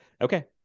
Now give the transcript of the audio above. Okay